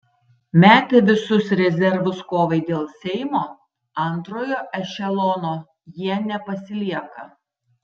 metę visus rezervus kovai dėl seimo antrojo ešelono jie nepasilieka